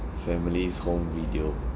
family's home video